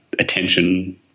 attention